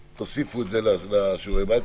תוסיפו את זה לשיעורי הבית.